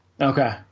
Okay